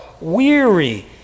weary